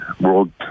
world